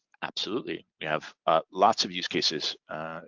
absolutely. you have ah lots of use cases,